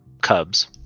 cubs